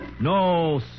No